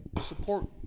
support